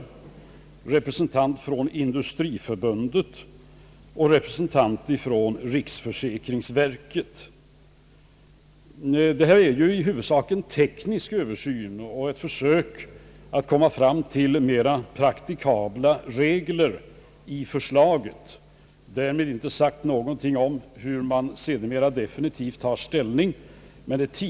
Han har vidare haft en representant från Sveriges industriförbund och en representant från riksförsäkringsverket till sitt förfogande. Detta är i huvudsak en teknisk översyn, som innebär ett försök att skapa mera tillämpbara regler i förslaget till en mervärdeskatt — därmed inget sagt om vilken definitiv ställning man sedermera kommer att ta.